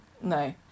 no